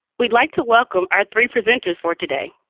we'd like to welcome our three presenters for today.